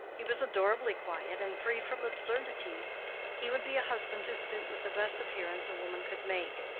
he was adorably quiet and free from absurdities he would be a husband to suit with the best appearance a woman could make.